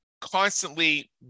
constantly